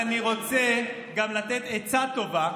רוצה גם לתת עצה טובה